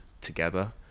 together